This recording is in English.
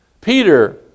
Peter